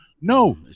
No